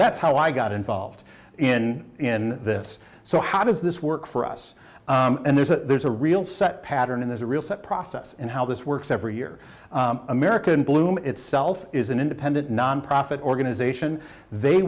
that's how i got involved in in this so how does this work for us and there's a there's a real set pattern there's a real set process in how this works every year american bloom itself is an independent nonprofit organization they